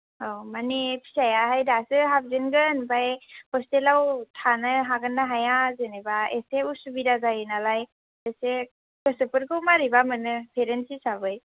औ माने फिसायाहाय दासो हाबजेनगोन ओमफ्राय हस्टेलाव थानो हागोन ना हाया जेनेबा एसे असुबिदा जायो नालाय एसे गोसोफोरखौ मारैबा मोनो पेरेन्ट्स हिसाबै